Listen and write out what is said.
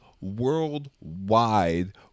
worldwide